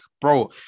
bro